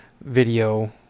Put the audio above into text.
video